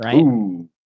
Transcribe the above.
Right